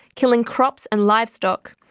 killing crops and livestock,